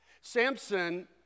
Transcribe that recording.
Samson